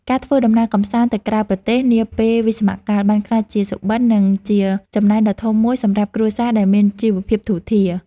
ការធ្វើដំណើរកម្សាន្តទៅក្រៅប្រទេសនាពេលវិស្សមកាលបានក្លាយជាសុបិន និងជាចំណាយដ៏ធំមួយសម្រាប់គ្រួសារដែលមានជីវភាពធូរធារ។